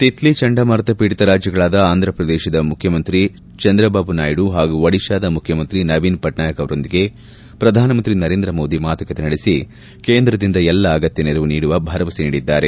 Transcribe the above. ತಿಕ್ಲಿ ಚಂಡಮಾರುತ ಪೀಡಿತ ರಾಜ್ಗಳಾದ ಆಂಧ್ರಪ್ರದೇಶದ ಮುಖ್ಯಮಂತ್ರಿ ಚಂದ್ರಬಾಬು ನಾಯ್ಲು ಹಾಗೂ ಒಡಿಶಾದ ಮುಖ್ಯಮಂತ್ರಿ ನವೀನ್ ಪಟ್ನಾಯಕ್ ಅವರೊಂದಿಗೆ ಪ್ರಧಾನಮಂತ್ರಿ ನರೇಂದ್ರ ಮೋದಿ ಮಾತುಕತೆ ನಡೆಸಿ ಕೇಂದ್ರದಿಂದ ಎಲ್ಲಾ ಅಗತ್ಯ ನೆರವು ನೀಡುವ ಭರವಸೆ ನೀಡಿದ್ದಾರೆ